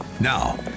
Now